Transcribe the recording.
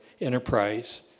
enterprise